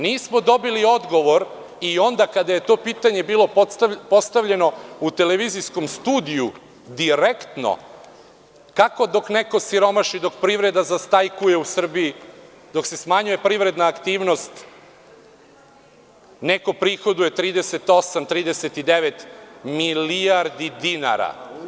Nismo dobili odgovor i onda kada je to pitanje bilo postavljeno u televizijskom studiju direktno, kako dok neko siromaši, dok privreda zastajkuje, dok se smanjuje privredna aktivnost, neko prihoduje 38, 39 milijardi dinara?